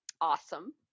Awesome